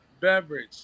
beverage